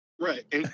Right